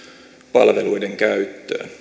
palveluiden käyttöön